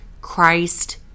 Christ